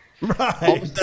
Right